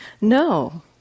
no